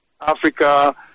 Africa